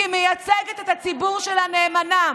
כי היא מייצגת את הציבור שלה נאמנה.